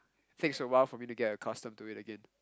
takes a while for me to get accustomed to it again